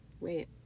wait